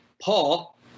Paul